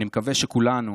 אני מקווה שכולנו,